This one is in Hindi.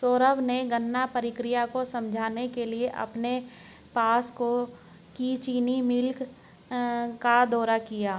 सौरभ ने गन्ना प्रक्रिया को समझने के लिए अपने पास की चीनी मिल का दौरा किया